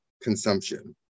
consumption